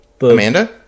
Amanda